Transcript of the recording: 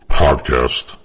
podcast